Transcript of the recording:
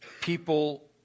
people